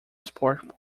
sport